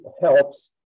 helps